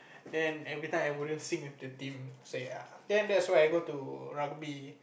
then every time I wouldn't sing with the team so ya then that's where I go to rugby